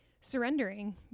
surrendering